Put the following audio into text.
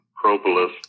propolis